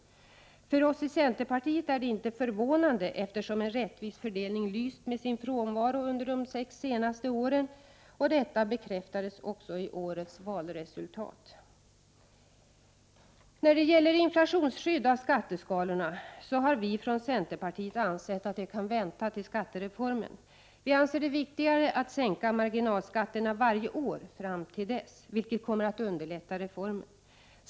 För oss i centerpartiet är det inte förvånande, eftersom en rättvis fördelning lyst med sin frånvaro under de sex senaste åren! Detta bekräftades också i årets valresultat. När det gäller inflationsskydd av skatteskalorna har vi från centerpartiet ansett att det kan vänta till skattereformen. Vi anser att det är viktigare att sänka marginalskatterna varje år fram till dess, vilket kommer att underlätta reformen.